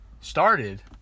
Started